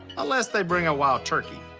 unless they bring a wild turkey.